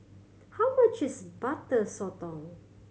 how much is Butter Sotong